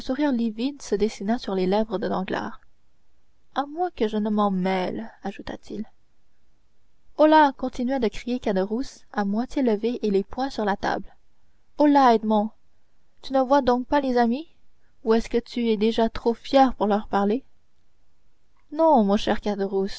se dessina sur les lèvres de danglars à moins que je ne m'en mêle ajouta-t-il holà continuait de crier caderousse à moitié levé et les poings sur la table holà edmond tu ne vois donc pas les amis ou est-ce que tu es déjà trop fier pour leur parler non mon cher